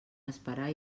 esperar